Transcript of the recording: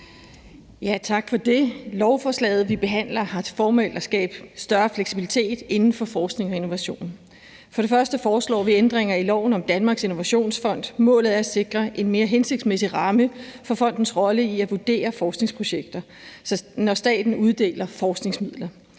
Tak for det. Lovforslaget, vi behandler her, har til formål at skabe større fleksibilitet inden for forskning og innovation. For det første foreslås der ændringer i loven om Danmarks Innovationsfond. Målet er at sikre en mere hensigtsmæssig ramme for fondens rolle i at vurdere forskningsprojekter, når staten uddeler forskningsmidler.